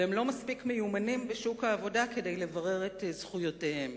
והם לא מספיק מיומנים בשוק העבודה כדי לברר את זכויותיהם.